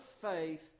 faith